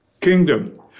kingdom